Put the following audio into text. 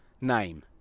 name